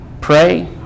pray